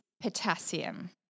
potassium